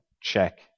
check